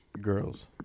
girls